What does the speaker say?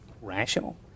rational